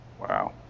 wow